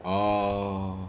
oh